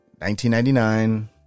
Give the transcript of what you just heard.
1999